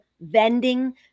vending